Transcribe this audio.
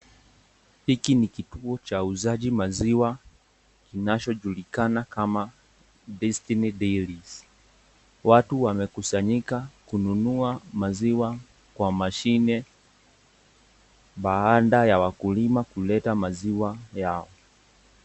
Hiki ni kituo cha uuzaji maziwa kinachojulikana kama Destiny Dairies . Watu wamekusanyika kununua maziwa kwa mashine baada ya wakulima kuleta maziwa yao.